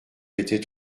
mettait